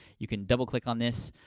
you can double-click on this.